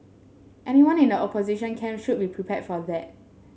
anyone in the opposition camp should be prepared for that